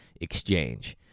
Exchange